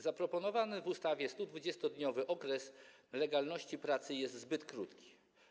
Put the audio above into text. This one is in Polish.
Zaproponowany w ustawie 120-dniowy okres legalności pracy jest zbyt krótki.